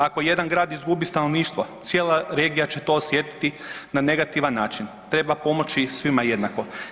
Ako jedan grad izgubi stanovništvo cijela regija će to osjetiti na negativan način, treba pomoći svima jednako.